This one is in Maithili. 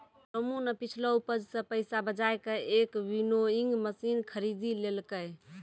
रामू नॅ पिछलो उपज सॅ पैसा बजाय कॅ एक विनोइंग मशीन खरीदी लेलकै